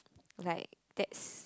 like that's